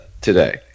today